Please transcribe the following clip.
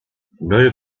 neue